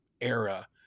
era